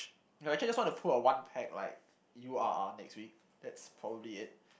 no actually I just want to pull a one pack like you are are next week that's probably it